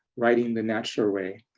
writing the natural way,